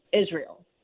Israel